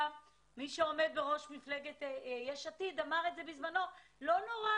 מי שעומד בראש מפלגת יש עתיד אמר את זה בזמנו לא נורא,